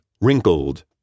wrinkled